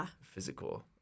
physical